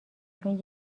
چون